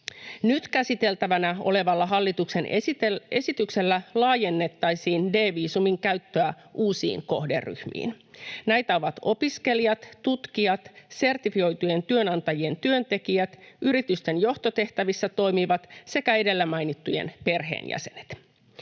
Nyt käsiteltävänä olevalla hallituksen esityksellä laajennettaisiin D-viisumin käyttöä uusiin kohderyhmiin. Näitä ovat opiskelijat, tutkijat, sertifioitujen työnantajien työntekijät, yritysten johtotehtävissä toimivat sekä edellä mainittujen perheenjäsenet.